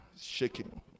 shaking